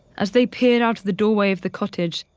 as they peered out of the doorway of the cottage,